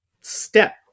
step